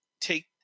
take